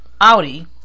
Audi